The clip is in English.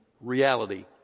reality